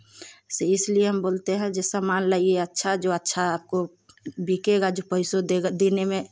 से इसलिए हम बोलते हैं जे सामान लाईए अच्छा जो अच्छा आपको बिकेगा जो पैसो देगा देने में